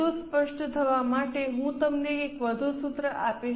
વધુ સ્પષ્ટ થવા માટે હું તમને એક વધુ સૂત્ર આપીશ